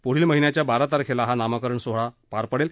पुढील महिन्याच्या बारा तारखेला हा नामकरण सोहळा पार पडेल